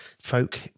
folk